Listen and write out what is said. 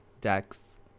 Dex